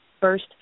first